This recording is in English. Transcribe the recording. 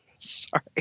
Sorry